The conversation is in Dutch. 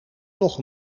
nog